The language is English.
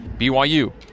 BYU